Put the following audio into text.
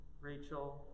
Rachel